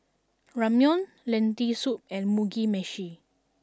Ramyeon Lentil Soup and Mugi Meshi